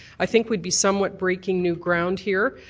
i think would be somewhat breaking new ground here.